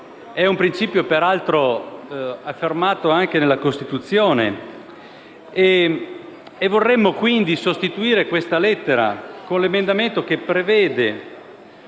È un principio, peraltro, affermato anche nella Costituzione. Vorremmo sostituire questa lettera con una previsione, che prevede